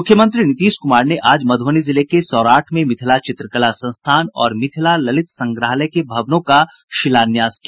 मुख्यमंत्री नीतीश कुमार ने आज मधुबनी जिले के सौराठ में मिथिला चित्रकला संस्थान और मिथिला ललित संग्रहालय के भवनों का शिलान्यास किया